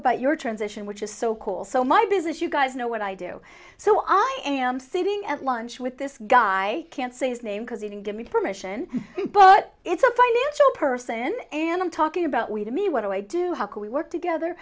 about your transition which is so cool so my business you guys know what i do so i am sitting at lunch with this guy i can't say his name because he didn't give me permission but it's a financial person and i'm talking about way to me what do i do how can we work together